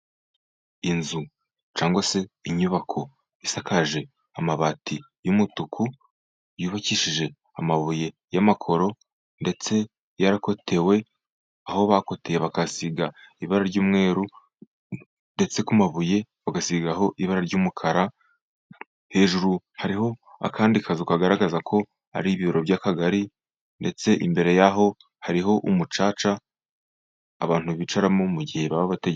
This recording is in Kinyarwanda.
Inzu cyangwa se inyubako isakaje amabati y'umutuku, yubakishije amabuye y'amakoro, ndetse yarakotewe, aho bakoteye bakahasiga ibara ry'umweru, ndetse ku mabuye bagasigaho ibara ry'umukara, hejuru hariho akandi kazu kagaragaza ko ari ibiro by'akagari, ndetse imbere yaho hariho umucaca abantu bicaramo mu gihe baba bategereje.